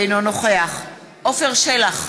אינו נוכח עפר שלח,